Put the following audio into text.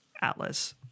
Atlas